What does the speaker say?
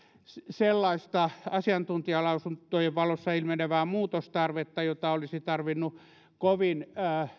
sellaista asiantuntijalausuntojen valossa ilmenevää muutostarvetta jota olisi tarvinnut kovin